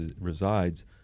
resides